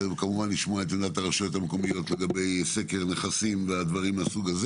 לשמוע גם את עמדת הרשויות המקומיות לגבי סקר נכסים וכו'.